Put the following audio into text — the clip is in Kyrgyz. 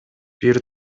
бир